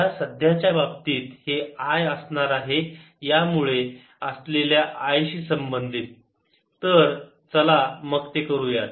या सध्याच्या बाबतीत हे I असणार आहे या रे मुळे असलेल्या I शी संबंधित तर चला मग ते करूयात